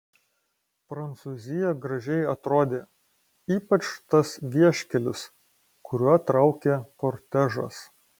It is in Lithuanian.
prancūzija gražiai atrodė ypač tas vieškelis kuriuo traukė kortežas